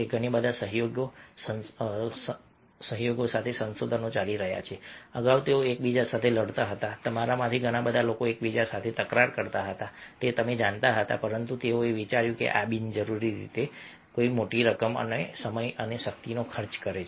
ઘણા બધા સહયોગી સંશોધનો ચાલી રહ્યા છે અગાઉ તેઓ એકબીજા સાથે લડતા હતા તમારામાંથી ઘણા લોકો એકબીજા સાથે તકરાર કરતા હતા તે જાણતા હતા પરંતુ તેઓએ વિચાર્યું કે આ બિનજરૂરી રીતે મોટી રકમ અને સમય અને શક્તિનો ખર્ચ કરે છે